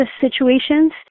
situations